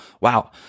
wow